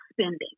spending